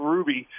Ruby